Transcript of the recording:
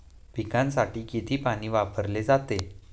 पिकांसाठी किती पाणी वापरले जाते?